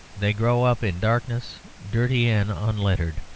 they grow up in darkness, dirty and unlettered,